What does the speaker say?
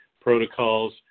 protocols